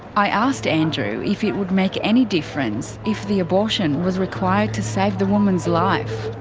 i asked andrew if it would make any difference if the abortion was required to save the woman's life.